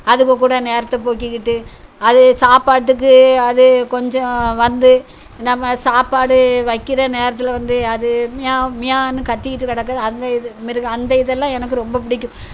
அதுங்க கூட நேரத்தை போக்கிக்கிட்டு அது சாப்பாட்டுக்கு அது கொஞ்சம் வந்து நம்ம சாப்பாடு வைக்கிற நேரத்தில் வந்து அது மியாவ் மியாவ்ன்னு கத்திக்கிட்டு கிடக்கு அந்த இது மிருகம் அந்த இதெல்லாம் எனக்கு ரொம்ப பிடிக்கும்